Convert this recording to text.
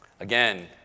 Again